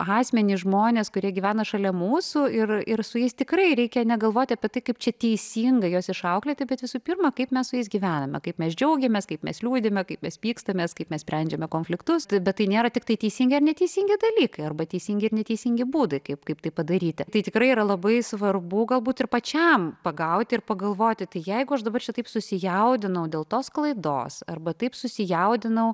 asmenys žmonės kurie gyvena šalia mūsų ir ir su jais tikrai reikia negalvoti apie tai kaip čia teisingai juos išauklėti bet visų pirma kaip mes su jais gyvename kaip mes džiaugiamės kaip mes liūdime kaip mes pykstamės kaip mes sprendžiame konfliktus bet tai nėra tiktai teisingi ar neteisingi dalykai arba teisingi ir neteisingi būdai kaip kaip tai padaryti tai tikrai yra labai svarbu galbūt ir pačiam pagauti ir pagalvoti jeigu aš dabar šitaip susijaudinau dėl tos klaidos arba taip susijaudinau